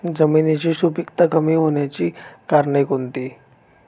जमिनीची सुपिकता कमी होण्याची कारणे कोणती?